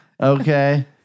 okay